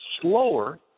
slower